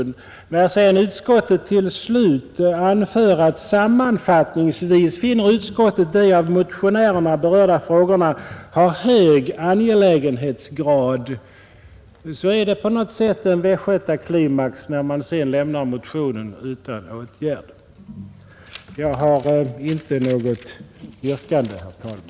När utskottet till slut anför: ”Sammanfattningsvis finner utskottet de av motionärerna berörda frågorna ha hög angelägenhetsgrad” blir det på något sätt en västgötaklimax då motionen sedan lämnas utan åtgärd. Jag har inte något yrkande, herr talman.